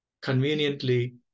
conveniently